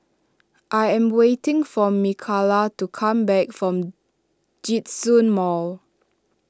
I am waiting for Mikalah to come back from Djitsun Mall